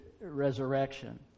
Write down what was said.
resurrection